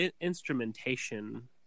instrumentation